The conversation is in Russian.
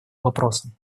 вопросом